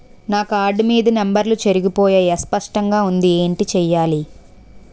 నా కార్డ్ మీద నంబర్లు చెరిగిపోయాయి అస్పష్టంగా వుంది ఏంటి చేయాలి?